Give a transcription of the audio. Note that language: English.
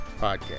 podcast